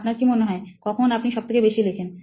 আপনার কি মনে হয় কখন আপনি সবথেকে বেশি লেখেন